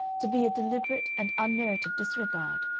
to be a deliberate and unmerited disregard,